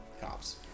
cops